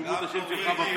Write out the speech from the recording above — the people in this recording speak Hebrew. ירשמו את השם שלך בפייסבוק,